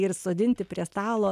ir sodinti prie stalo